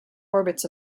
orbits